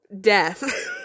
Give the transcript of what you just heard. death